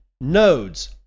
nodes